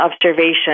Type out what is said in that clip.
observation